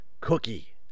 cookie